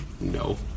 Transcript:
No